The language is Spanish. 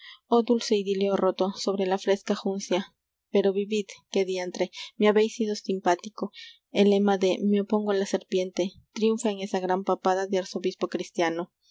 oh dulce idilio roto sobre la fresca juncia pero vivi qué diantre me habéis sido simpático el lema de me opongo h a la serpiente triunfa en esa gran papada de arzobispo cristiano